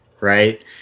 right